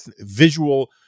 visual